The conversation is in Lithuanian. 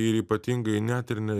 ir ypatingai net ir ne